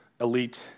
elite